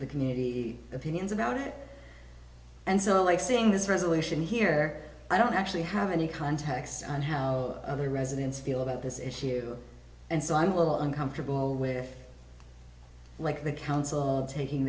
the community opinions about it and so like saying this resolution here i don't actually have any contacts on how other residents feel about this issue and so i'm a little uncomfortable with like the council of taking